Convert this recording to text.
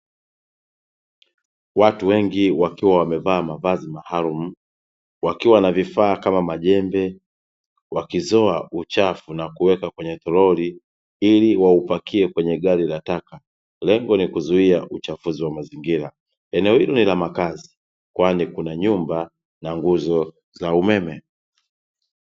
Watu wengi wakiwa wamevaa mavazi maalumu, wakiwa na vifaa kama majembe, wakizoa uchafu na kuweka kwenye toroli ili waupakie kwenye gari la taka. Lengo ni kuzuia uchafuzi wa mazingira. Eneo hili ni la makazi kwani kuna nyumba na nguzo za umeme.